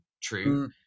true